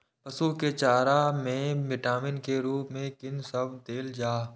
पशु के चारा में विटामिन के रूप में कि सब देल जा?